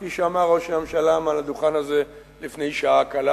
כפי שאמר ראש הממשלה מעל הדוכן הזה לפני שעה קלה,